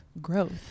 growth